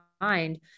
mind